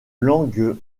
langue